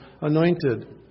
anointed